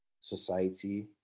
society